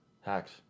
Hacks